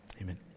Amen